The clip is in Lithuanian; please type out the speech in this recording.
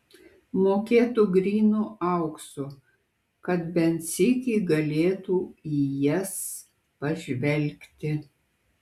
mokėtų grynu auksu kad bent sykį galėtų į jas pažvelgti